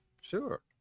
sure